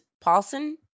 Paulson